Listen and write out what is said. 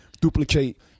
duplicate